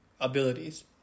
abilities